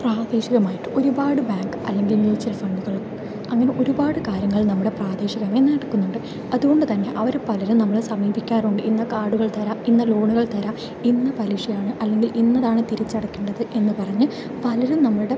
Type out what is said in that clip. പ്രാദേശികമായിട്ട് ഒരുപാട് ബേങ്ക് അല്ലെങ്കിൽ മ്യൂച്വൽ ഫണ്ടുകൾ അങ്ങനെ ഒരുപാട് കാര്യങ്ങൾ നമ്മുടെ പ്രാദേശികമായി നടക്കുന്നുണ്ട് അതുകൊണ്ടുതന്നെ അവര് പലരും നമ്മളെ സമീപിക്കാറുണ്ട് ഇന്ന് കാർഡുകൾ തരാം ഇന്ന് ലോണുകൾ തരാം ഇന്ന് പലിശയാണ് അല്ലെങ്കിൽ ഇന്നതാണ് തിരിച്ചടക്കേണ്ടത് എന്ന് പറഞ്ഞ് പലരും നമ്മളുടെ